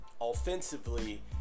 offensively